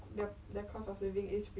you should like